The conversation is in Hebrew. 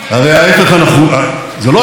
הרי ההפך הוא הנכון, זה לא ההפך,